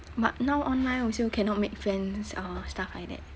but now online also cannot make friends or stuff like that